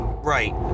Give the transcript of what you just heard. Right